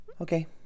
Okay